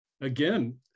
Again